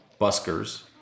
buskers